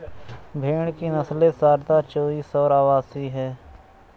भेड़ की नस्लें सारदा, चोइस और अवासी हैं